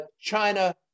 China